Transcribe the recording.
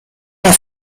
bei